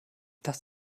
das